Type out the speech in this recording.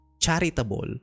charitable